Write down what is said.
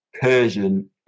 Persian